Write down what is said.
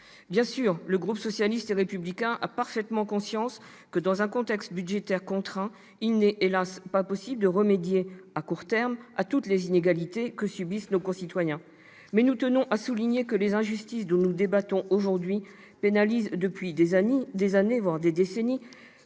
Bien sûr, le groupe socialiste et républicain a parfaitement conscience qu'il n'est, hélas, pas possible, dans un contexte budgétaire contraint, de remédier à court terme à toutes les inégalités que subissent nos concitoyens. Néanmoins, nous tenons à souligner que les injustices dont nous débattons aujourd'hui pénalisent depuis des années, voire des décennies,